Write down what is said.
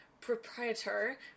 proprietor